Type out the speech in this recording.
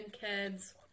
kids